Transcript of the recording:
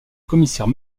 commissaire